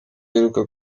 iheruka